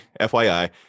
FYI